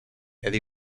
eddie